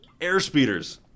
airspeeders